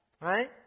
Right